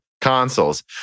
Consoles